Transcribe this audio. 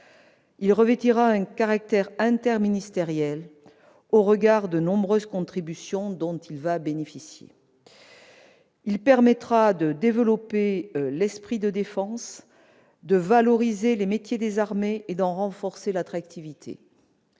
il revêtira un caractère interministériel au regard des nombreuses contributions dont il bénéficiera ; il permettra de développer l'esprit de défense, de valoriser les métiers des armées et d'en renforcer l'attractivité